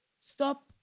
stop